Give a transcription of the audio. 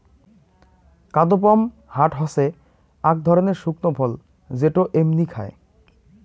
কাদপমহাট হসে আক ধরণের শুকনো ফল যেটো এমনি খায়